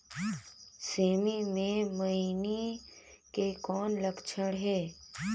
सेमी मे मईनी के कौन लक्षण हे?